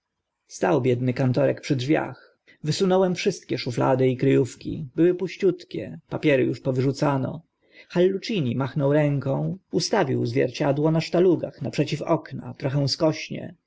stał biedny kantorek przy drzwiach wysunąłem wszystkie szuflady i kry ówki były puściutkie papiery uż powyrzucano hallucini machnął ręką ustawił zwierciadło na sztalugach naprzeciw okna trochę skośnie